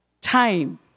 time